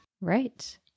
Right